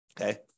Okay